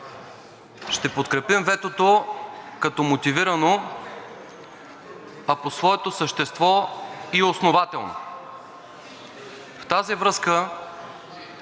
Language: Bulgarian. Ще подкрепим ветото като мотивирано, а по своето същество и основателно. В тази връзка